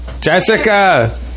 Jessica